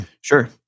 Sure